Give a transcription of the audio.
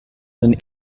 than